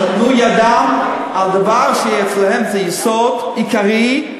שנתנו ידם לדבר שאצלם זה יסוד עיקרי,